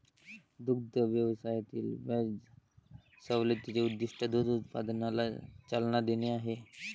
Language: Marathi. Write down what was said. दुग्ध व्यवसायातील व्याज सवलतीचे उद्दीष्ट दूध उत्पादनाला चालना देणे आहे